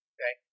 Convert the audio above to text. Okay